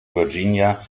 virginia